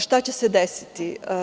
Šta će se desiti?